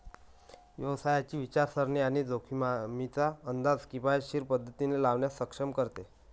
व्यवसायाची विचारसरणी आणि जोखमींचा अंदाज किफायतशीर पद्धतीने लावण्यास सक्षम करते